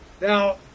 Now